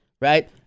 right